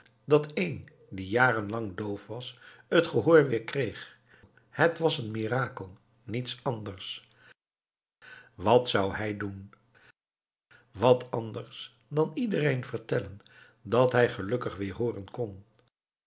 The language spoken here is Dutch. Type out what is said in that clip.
dat een die jaren lang doof was het gehoor weer kreeg het was een mirakel niets anders wat zou hij doen wat anders dan iedereen vertellen dat hij gelukkig weer hooren kon